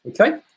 Okay